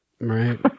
Right